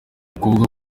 ukuvuga